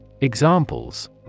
Examples